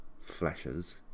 flashes